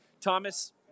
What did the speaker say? Thomas